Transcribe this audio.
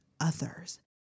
others